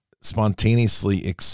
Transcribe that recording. spontaneously